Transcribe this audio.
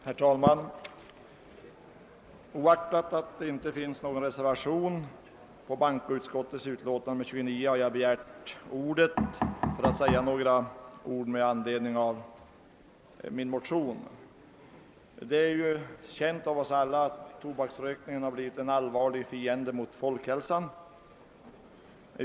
Herr talman! Oaktat det inte finns någon reservation fogad vid bankoutskottets utlåtande nr 29 har jag begärt ordet för att säga något med anledning av min motion, Det är känt av oss alla, att tobaksrökningen har blivit en allvarlig fiende till folkhälsan.